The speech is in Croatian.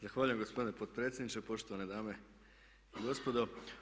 Zahvaljujem gospodine potpredsjedniče, poštovane dame i gospodo.